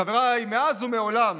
חבריי, מאז ומעולם